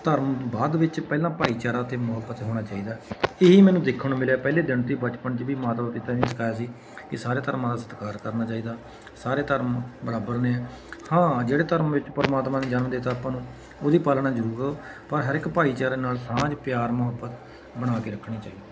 ਧਰਮ ਬਾਅਦ ਵਿੱਚ ਪਹਿਲਾਂ ਭਾਈਚਾਰਾ ਅਤੇ ਮੁਹੱਬਤ ਹੋਣਾ ਚਾਹੀਦਾ ਇਹ ਹੀ ਮੈਨੂੰ ਦੇਖਣ ਨੂੰ ਮਿਲਿਆ ਪਹਿਲੇ ਦਿਨ ਤੋਂ ਹੀ ਬਚਪਨ 'ਚ ਵੀ ਮਾਤਾ ਪਿਤਾ ਨੇ ਸਿਖਾਇਆ ਸੀ ਕਿ ਸਾਰੇ ਧਰਮਾਂ ਦਾ ਸਤਿਕਾਰ ਕਰਨਾ ਚਾਹੀਦਾ ਸਾਰੇ ਧਰਮ ਬਰਾਬਰ ਨੇ ਹਾਂ ਜਿਹੜੇ ਧਰਮ ਵਿੱਚ ਪਰਮਾਤਮਾ ਨੇ ਜਨਮ ਦਿੱਤਾ ਆਪਾਂ ਨੂੰ ਉਹਦੀ ਪਾਲਣਾ ਜ਼ਰੂਰ ਕਰੋ ਪਰ ਹਰ ਇੱਕ ਭਾਈਚਾਰੇ ਨਾਲ ਸਾਂਝ ਪਿਆਰ ਮੁਹੱਬਤ ਬਣਾ ਕੇ ਰੱਖਣੀ ਚਾਹੀਦੀ